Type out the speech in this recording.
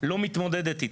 לא מתמודדת איתן,